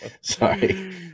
sorry